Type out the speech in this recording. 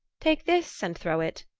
take this and throw it,